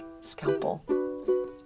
scalpel